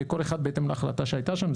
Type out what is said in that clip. כל אחד בהתאם להחלטה שהייתה שם.